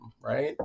right